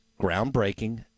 groundbreaking